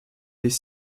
des